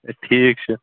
ہَے ٹھیٖک چھُ